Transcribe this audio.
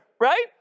right